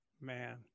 man